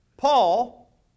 Paul